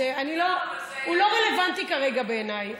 הוא לא רלוונטי כרגע בעיניי.